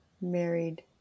married